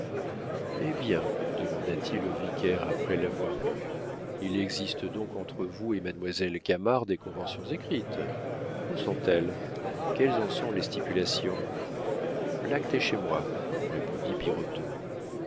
eh bien demanda-t-il au vicaire après l'avoir lu il existe donc entre vous et mademoiselle gamard des conventions écrites où sont-elles quelles en sont les stipulations l'acte est chez moi répondit